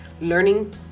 Learning